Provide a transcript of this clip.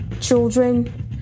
children